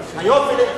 היופי,